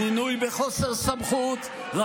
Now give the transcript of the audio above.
מינוי בחוסר סמכות,